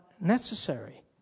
necessary